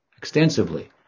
Extensively